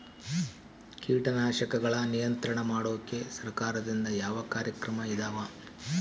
ಕೇಟನಾಶಕಗಳ ನಿಯಂತ್ರಣ ಮಾಡೋಕೆ ಸರಕಾರದಿಂದ ಯಾವ ಕಾರ್ಯಕ್ರಮ ಇದಾವ?